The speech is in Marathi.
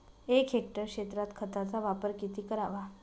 एक हेक्टर क्षेत्रात खताचा वापर किती करावा?